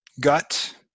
gut